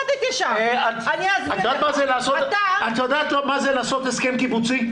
את יודעת טוב מה זה לעשות הסכם קיבוצי.